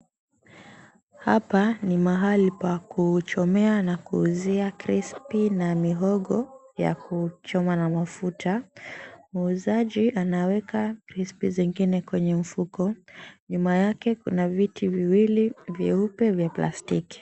Hapa ni mahali pa kuchomea na kuuzia krispi na mihogo ya kuchoma na mafuta. Muuzaji anaweka krispi nzingine kwenye mfuko. Nyuma yake kuna viti viwili nyeupe vya plastiki.